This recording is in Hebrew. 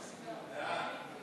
סעיפים 1